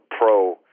Pro